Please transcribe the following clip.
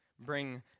bring